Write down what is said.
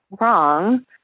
wrong